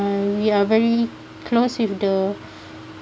we are very close with the